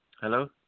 Hello